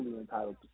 entitled